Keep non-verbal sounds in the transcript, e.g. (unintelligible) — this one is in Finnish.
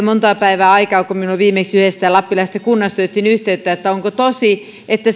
(unintelligible) montaa päivää aikaa kun minuun viimeksi yhdestä lappilaisesta kunnasta otettiin yhteyttä että onko tosi että (unintelligible)